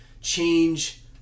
change